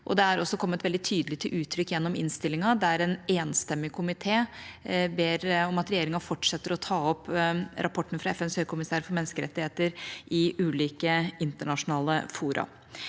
det er også kommet veldig tydelig til uttrykk i innstillingen, der en enstemmig komité ber om at regjeringa fortsetter med å ta opp rapporten fra FNs høykommissær for menneskerettigheter i ulike internasjonale fora.